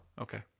Okay